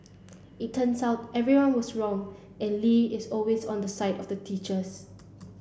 it turns out everyone was wrong and Lee is always on the side of the teachers